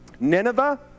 Nineveh